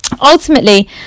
Ultimately